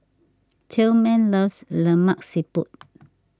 Tillman loves Lemak Siput